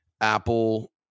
Apple